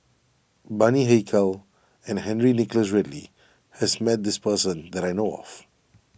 Bani Haykal and Henry Nicholas Ridley has met this person that I know of